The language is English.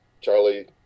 Charlie